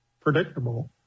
predictable